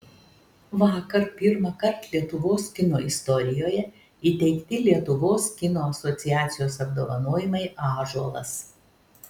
vakar pirmąkart lietuvos kino istorijoje įteikti lietuvos kino asociacijos apdovanojimai ąžuolas